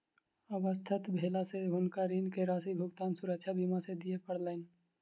अस्वस्थ भेला से हुनका ऋण के राशि भुगतान सुरक्षा बीमा से दिय पड़लैन